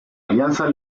alianza